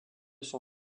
son